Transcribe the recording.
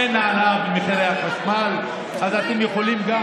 אין העלאה במחירי החשמל, אז אתם יכולים גם